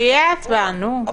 אנחנו